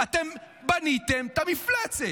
אתם בניתם את המפלצת,